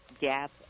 gap